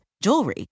jewelry